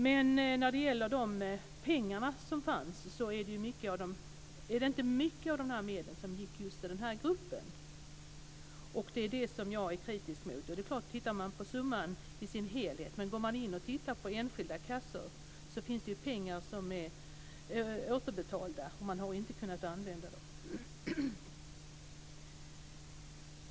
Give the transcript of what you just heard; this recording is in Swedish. Men när det gäller de pengar som fanns är det inte mycket av dessa medel som gick till just denna grupp, och det är det som jag är kritisk mot. Och det är klart att man kan titta på summan i dess helhet, men om man går in och tittar på enskilda kassor finns det ju pengar som är återbetalda, och man har inte kunnat använda dem.